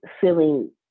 feeling